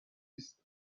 است